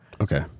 Okay